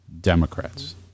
Democrats